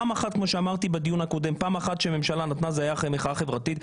הפעם האחת שהממשלה נתנה הייתה אחרי המחאה החברתית.